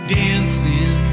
dancing